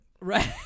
right